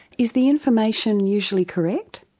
is the information usually correct?